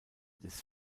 des